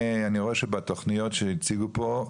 אני רואה שבתכניות שהציגו פה,